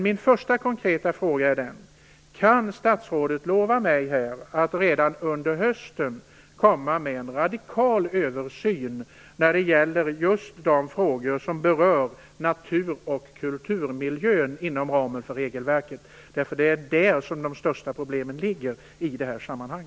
Min första konkreta fråga är denna: Kan statsrådet lova mig att redan under hösten komma med en radikal översyn av de frågor som berör natur och kulturmiljön inom ramen för regelverket? Det är nämligen där de största problemen finns i detta sammanhang.